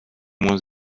moins